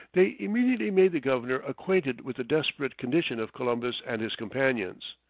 they immediately made the governor acquainted with the desperate condition of columbus and his companions.